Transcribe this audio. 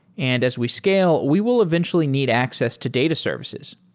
and as we scale, we will eventually need access to data services.